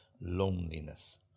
loneliness